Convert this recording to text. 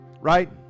Right